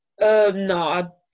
No